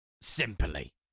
simply